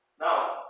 Now